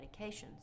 medications